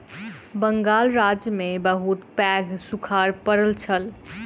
बंगाल राज्य में बहुत पैघ सूखाड़ पड़ल छल